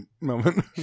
moment